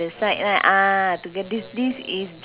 actually taliwang is the chicken